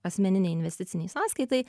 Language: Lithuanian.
asmeninei investicinei sąskaitai